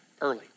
early